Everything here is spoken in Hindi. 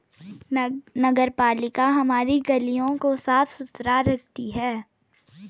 नगरपालिका हमारी गलियों को साफ़ सुथरा रखती है